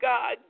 God